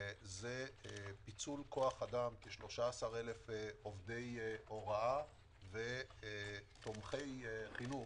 זה פיצול כוח אדם כ-13,000 עובדי הוראה ותומכי חינוך,